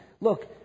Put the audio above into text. look